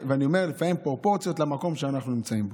לפעמים פרופורציות למקום שאנחנו נמצאים בו.